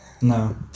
no